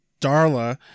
Darla